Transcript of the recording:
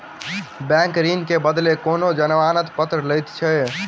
bank ऋण के बदले कोनो जमानत पत्र लैत अछि